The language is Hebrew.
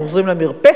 אנחנו חוזרים למרפסת,